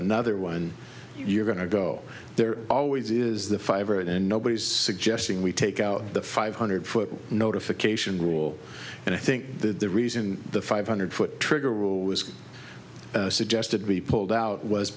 another one you're going to go there always is the favorite and nobody's suggesting we take out the five hundred foot notification rule and i think that the reason the five hundred foot trigger rule was suggested to be pulled out was